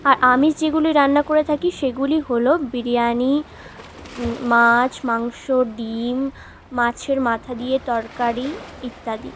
আর আমিষ যেগুলি রান্না করে থাকি সেগুলি হল বিরিয়ানি মাছ মাংস ডিম মাছের মাথা দিয়ে তরকারি ইত্যাদি